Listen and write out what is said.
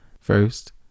First